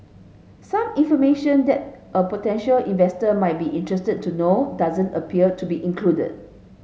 some information that a potential investor might be interested to know doesn't appear to be included